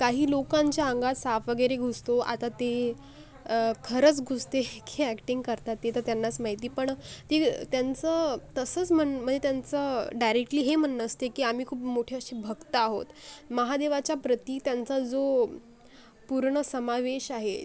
काही लोकांच्या अंगात साप वगैरे घुसतो आता ते खरंच घुसते की अॅक्टिंग करतात ते तर त्यांनाच माहिती पण ती त्यांचं तसंच म्हण म्हणे त्यांचं डायरेक्टली हे म्हणणं असते की आम्ही खूप मोठे असे भक्त आहोत महादेवाच्याप्रती त्यांचा जो पूर्ण समावेश आहे